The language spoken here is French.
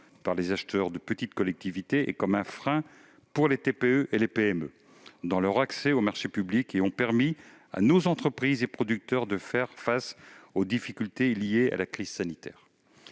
par les acheteurs de petites collectivités et comme un frein pour les TPE-PME dans leur accès aux marchés publics ; elles ont permis à nos entreprises et producteurs de faire face aux difficultés liées à la crise sanitaire.